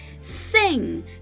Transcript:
Sing